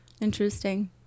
interesting